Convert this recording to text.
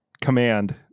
command